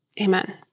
Amen